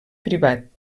privat